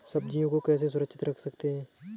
सब्जियों को कैसे सुरक्षित रख सकते हैं?